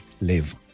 live